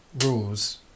rules